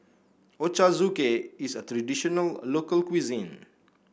Ochazuke is a traditional local cuisine